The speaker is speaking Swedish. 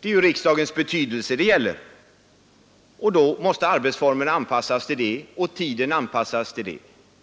Det är riksdagens betydelse det gäller, och både arbetsformerna och arbetstiderna måste anpassas till den.